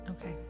okay